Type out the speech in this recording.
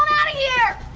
out of here!